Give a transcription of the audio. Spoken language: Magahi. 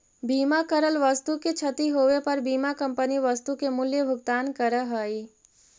बीमा करल वस्तु के क्षती होवे पर बीमा कंपनी वस्तु के मूल्य भुगतान करऽ हई